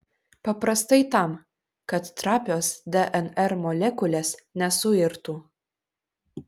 paprastai tam kad trapios dnr molekulės nesuirtų